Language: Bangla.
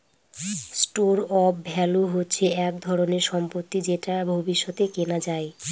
স্টোর অফ ভ্যালু হচ্ছে এক ধরনের সম্পত্তি যেটা ভবিষ্যতে কেনা যায়